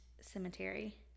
cemetery